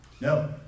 no